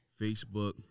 Facebook